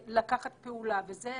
לקחת פעולה וזה,